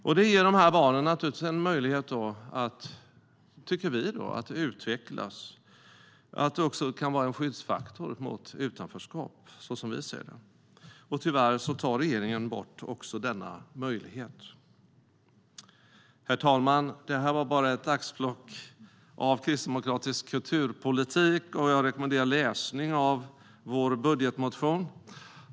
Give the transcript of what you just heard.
Vi tycker att detta ger de här barnen en möjlighet att utvecklas, vilket också kan vara en skyddsfaktor mot utanförskap som vi ser det. Tyvärr tar regeringen bort också denna möjlighet. Herr talman! Det här var bara ett axplock av kristdemokratisk kulturpolitik. Jag rekommenderar läsning av vår budgetmotion.